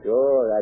Sure